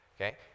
okay